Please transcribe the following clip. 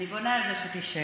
אני בונה על זה שתישאר.